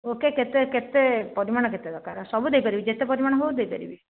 okay କେତେ କେତେ ପରିମାଣ କେତେ ଦରକାର ସବୁ ଦେଇପାରିବି ଯେତେ ପରିମାଣ ହେଉ ଦେଇପାରିବି